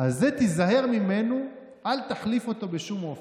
אז תיזהר ממנו, אל תחליף איתו בשום אופן.